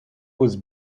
was